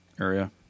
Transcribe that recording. area